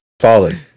solid